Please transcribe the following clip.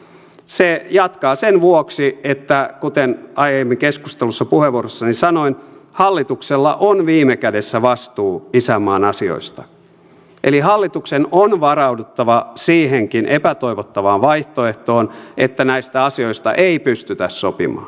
se jatkaa sen vuoksi että kuten aiemmin keskustelussa puheenvuorossani sanoin hallituksella on viime kädessä vastuu isänmaan asioista eli hallituksen on varauduttava siihenkin epätoivottavaan vaihtoehtoon että näistä asioista ei pystytä sopimaan